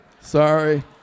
sorry